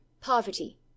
poverty